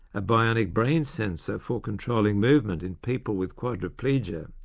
a bionic brain sensor for controlling movement in people with quadriplegia,